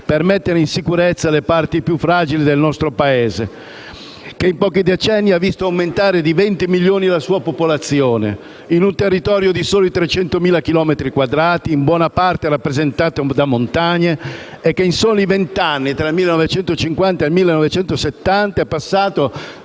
per mettere in sicurezza le parti più fragili del nostro Paese, che in pochi decenni ha visto aumentare di 20 milioni la sua popolazione, in un territorio di soli 300.000 chilometri quadrati, in buona parte rappresentato da montagne, e che in soli venti anni, tra il 1950 e il 1970, è passato